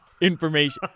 information